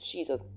Jesus